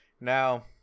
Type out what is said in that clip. now